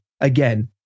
again